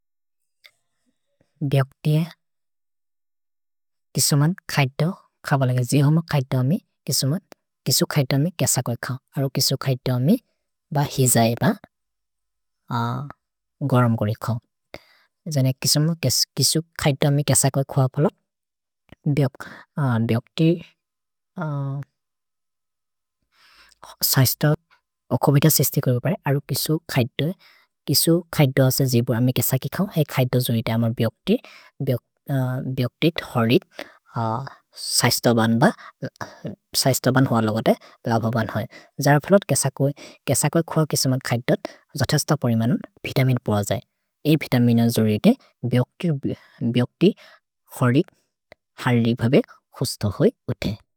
भिअक्ति किसुमन् खैतो, खब लग जीहोम खैतो अमि, किसुमन् किसु खैतो अमि केस कोइ खओ। अरु किसु खैतो अमि ब हिज एब गरम् गोरि खओ। जनेह् किसुम किसु खैतो अमि केस कोइ खोअ फोल। भिअक्ति सैस्त ओखोबित सेश्ति कोइ उपरे अरु किसु खैतो ए। किसु खैतो असे जीहोम अमि केस कि खओ। ए खैतो जोरि ते अमर् बिअक्ति थोरि सैस्त बन् ब सैस्त बन् होअ लग ते अबबन् होइ। जर फलोत् केस कोइ खोअ किसुमन् खैतो जथे अस्त परिमनोन् वितमिन पोर जये। ए वितमिन जोरि ते बिअक्ति थोरि हर्लि भबे हुस्त होइ उते।